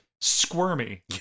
squirmy